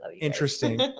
interesting